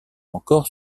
encore